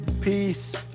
peace